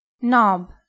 Knob